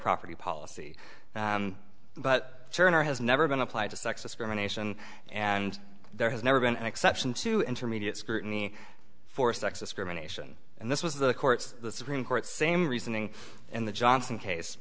property policy but turner has never been applied to sex discrimination and there has never been an exception to intermediate scrutiny for sex discrimination and this was the courts the supreme court same reasoning in the johnson case